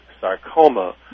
sarcoma